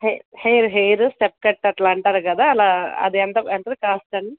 హె hair hair cut cut అలా అంటారు కదా అలా అది ఎంత ఎంత కాస్ట్ అండి